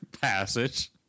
passage